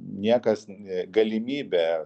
niekas galimybė